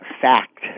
fact